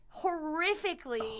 horrifically